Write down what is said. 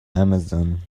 amazon